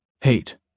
Hate